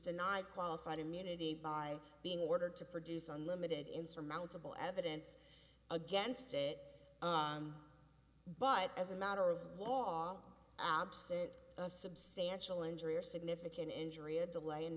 denied qualified immunity by being ordered to produce unlimited insurmountable evidence against it but as a matter of law absent a substantial injury or significant injury a delay in